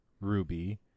ruby